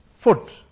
foot